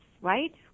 right